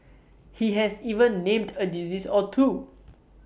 he has even named A disease or two